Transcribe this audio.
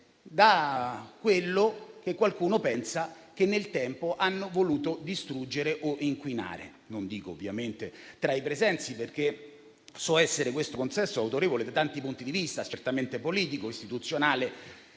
da quello che qualcuno pensa che nel tempo abbiano voluto distruggere o inquinare. Non mi riferisco ovviamente a qualcuno tra i presenti, perché so che questo consesso è autorevole da tanti punti di vista, certamente politico e istituzionale